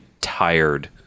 tired